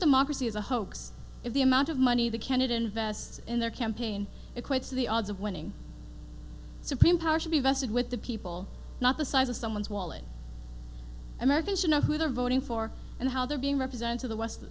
democracy is a hoax if the amount of money the candidate invests in their campaign equates the odds of winning supreme power should be vested with the people not the size of someone's wallet american should know who they're voting for and how they're being represented the west the